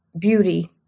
beauty